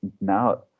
now